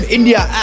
India